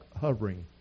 hovering